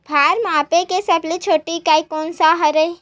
भार मापे के सबले छोटे इकाई कोन सा हरे?